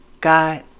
God